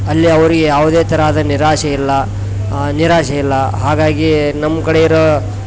ಅಲ್ಲಿ ಅವರಿಗೆ ಯಾವುದೆ ಥರದ ನಿರಾಶೆ ಇಲ್ಲ ನಿರಾಶೆ ಇಲ್ಲ ಹಾಗಾಗಿ ನಮ್ಮ ಕಡೆ ಇರೋ